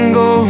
go